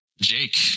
Jake